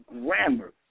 grammar